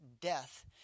death